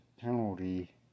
penalty